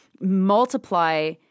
multiply